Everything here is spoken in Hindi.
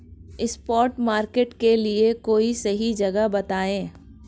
स्पॉट मार्केट के लिए कोई सही जगह बताएं